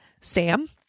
Sam